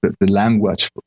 language